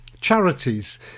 charities